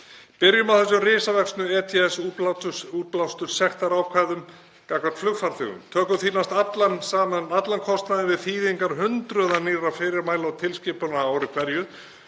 Byrjum á þessum risavöxnu ETS-útblásturssektarákvæðum gagnvart flugfarþegum. Tökum því næst saman allan kostnaðinn við þýðingar hundruða nýrra fyrirmæla og tilskipana á ári hverju,